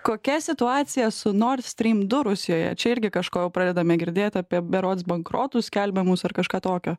kokia situacija su nord stream du rusijoje čia irgi kažko jau pradedame girdėt apie berods bankrotus skelbiamus ar kažką tokio